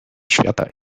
świata